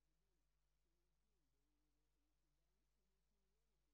זה נושא מאוד